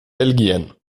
belgien